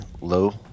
low